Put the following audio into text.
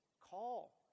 Call